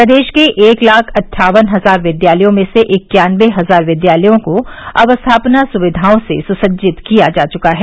प्रदेश के एक लाख अट्ठावन हजार विद्यालयों में से इक्यानवे हजार विद्यालयों को अवस्थापना सुविघाओं से सुसज्जित किया जा चुका है